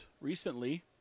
recently